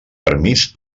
permís